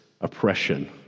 oppression